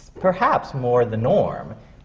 perhaps more the norm,